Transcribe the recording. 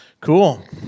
Cool